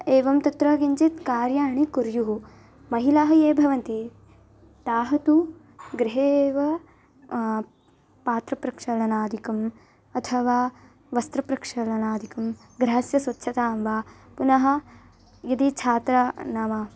एवं तत्र किञ्चित्कार्याणि कुर्युः महिलाः ये भवन्ति ताःतु गृहेव पात्रप्रक्षालनादिकम् अथवा वस्त्रप्रक्षालनादिकं गृहस्य स्वच्छतां वा पुनः यदि छात्राः नाम